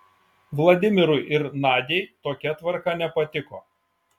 vladimirui ir nadiai tokia tvarka nepatiko